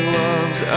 loves